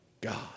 God